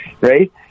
right